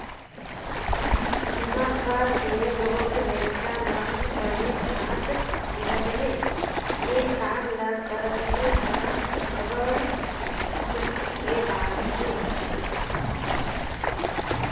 तुँहर घर के लोग लइका मन बने साथ देहत हे, ए काम ल करत हे त, अब्बड़ खुसी के बात हे